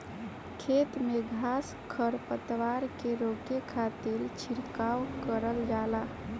खेत में घास खर पतवार के रोके खातिर छिड़काव करल जाला